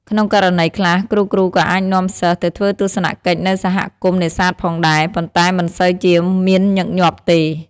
ក្នុងករណីខ្លះ គ្រូៗក៏អាចនាំសិស្សទៅធ្វើទស្សនកិច្ចនៅសហគមន៍នេសាទផងដែរ ប៉ុន្តែមិនសូវជាមានញឹកញាប់ទេ។